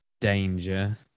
danger